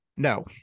No